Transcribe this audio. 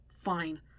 Fine